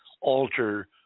alter